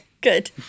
Good